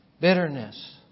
Bitterness